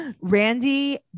Randy